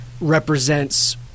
represents